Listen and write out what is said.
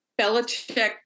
Belichick